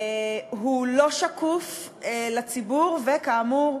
הוא לא שקוף לציבור, וכאמור,